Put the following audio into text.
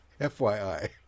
FYI